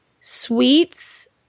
sweets